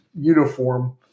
uniform